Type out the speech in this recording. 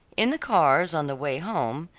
in the cars on the way home,